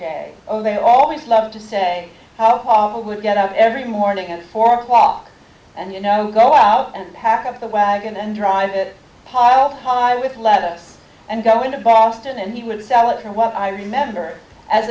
day they always loved to say how i would get up every morning at four o'clock and you know go out and pack up the wagon and drive it piled high with lead us and go into boston and even sell it for what i remember as